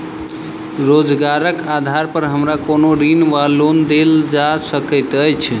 रोजगारक आधार पर हमरा कोनो ऋण वा लोन देल जा सकैत अछि?